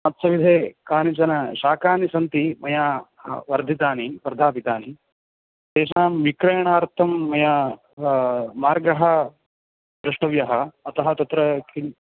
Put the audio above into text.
मत्सविधे कानिचन शाकानि सन्ति मया वर्धितानि तानि वर्धापितानि तेषां विक्रयणार्थं मया मार्गः द्रष्टव्यः अतः तत्र किञ्